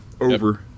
over